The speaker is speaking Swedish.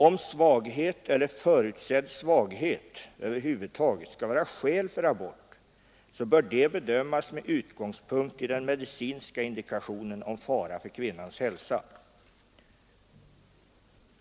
Om svaghet eller förutsedd svaghet över huvud taget skall vara skäl för abort, bör det bedömas med utgångspunkt i den medicinska indikationen om fara för kvinnans hälsa.